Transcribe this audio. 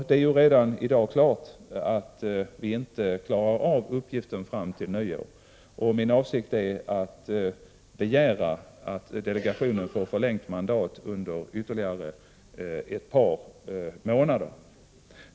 Det är redan i dag uppenbart att vi inte klarar uppgiften fram till nyårsskiftet, och min avsikt är att begära att delegationen får förlängt mandat ytterligare ett par månader.